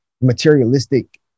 materialistic